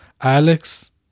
Alex